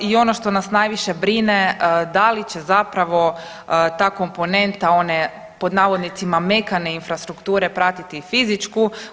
I ono što nas najviše brine da li će zapravo ta komponenta one pod navodnicima mekane infrastrukture pratiti fizičku.